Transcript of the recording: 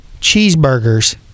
cheeseburgers